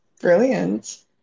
Brilliant